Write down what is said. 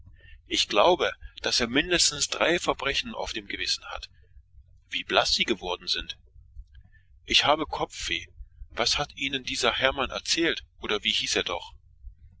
ich denke daß er zum mindesten schon die drei verbrechen auf dem gewissen hat wie bleich sie geworden sind mein kopf schmerzt was sagte ihnen denn dieser hermann oder wie hieß er doch